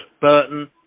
Burton